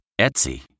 Etsy